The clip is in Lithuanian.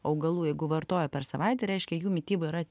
augalų jeigu vartoja per savaitę reiškia jų mityba yra